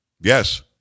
Yes